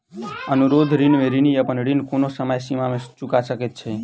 अनुरोध ऋण में ऋणी अपन ऋण कोनो समय सीमा में चूका सकैत छै